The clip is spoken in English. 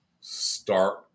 start